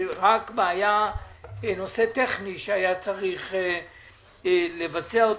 רק נושא טכני שהיה צריך לבצע אותו,